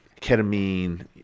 ketamine